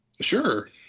Sure